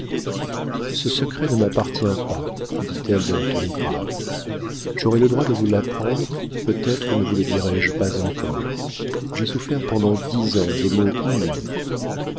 ce secret ne m'appartient pas dit-elle d'un ton grave j'aurais le droit de vous l'apprendre peut-être ne vous le dirais-je pas encore j'ai souffert pendant dix ans des maux inouïs